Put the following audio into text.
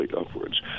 upwards